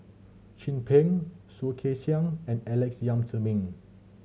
Chin Peng Soh Kay Siang and Alex Yam Ziming